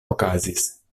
okazis